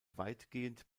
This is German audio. weitgehend